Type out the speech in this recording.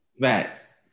Facts